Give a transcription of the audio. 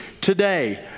today